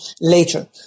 later